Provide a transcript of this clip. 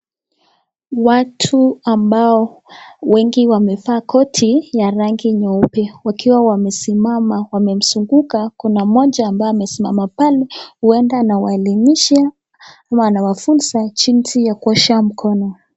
Watu ambao wengi wamevaa koti ya rangi nyeupe, wakiwa wamesimama wamemzunguka kuna moja ambaye amesimama pale uenda anawaelimisha ama anawafunza jinsi ya kuosha mkono.